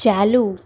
ચાલુ